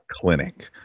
clinic